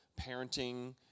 parenting